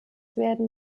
werden